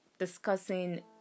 discussing